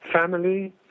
family